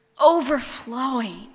overflowing